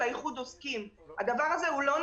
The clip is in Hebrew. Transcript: איחוד העוסקים הדבר הזה הוא לא נכון.